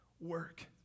work